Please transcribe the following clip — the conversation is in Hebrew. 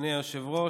אדוני היושב-ראש,